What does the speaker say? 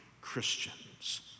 Christians